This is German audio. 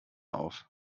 auf